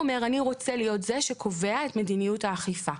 הוא אומר: אני רוצה להיות זה שקובע את מדיניות האכיפה.